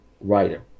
writer